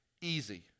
easy